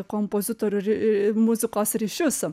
kompozitorių ri ee muzikos ryšius